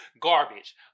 Garbage